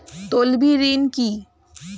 তলবি ঋন কি?